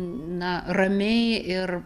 na ramiai ir